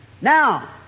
Now